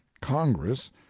congress